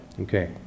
Okay